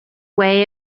way